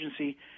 agency